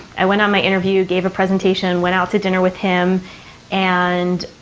i went on my interview, gave a presentation, went out to dinner with him and,